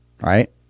right